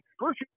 First